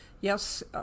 yes